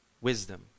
wisdom